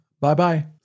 Bye-bye